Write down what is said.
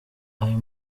ayo